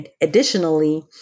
additionally